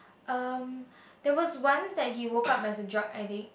um that was once that he woke up as a drug addict